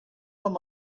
him